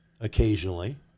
occasionally